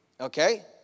Okay